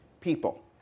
people